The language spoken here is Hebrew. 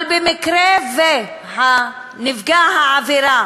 אבל במקרה שנפגע העבירה